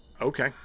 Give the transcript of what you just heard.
okay